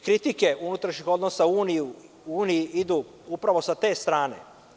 Kritike unutrašnjih odnosa u Uniji idu upravo sa te strane.